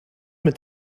mit